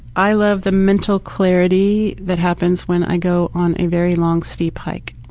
i love the mental clarity that happens when i go on a very long steep hike.